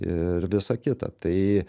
ir visa kita tai